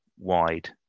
wide